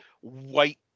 white